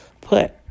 put